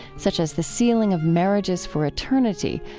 such as the sealing of marriages for eternity,